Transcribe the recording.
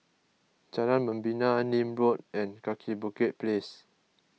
Jalan Membina Nim Road and Kaki Bukit Place